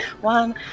One